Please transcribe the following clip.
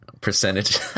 percentage